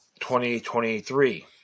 2023